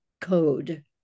code